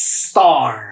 star